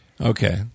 Okay